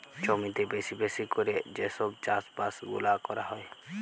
জমিতে বেশি বেশি ক্যরে যে সব চাষ বাস গুলা ক্যরা হ্যয়